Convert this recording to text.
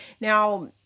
Now